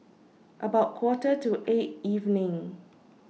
about Quarter to eight evening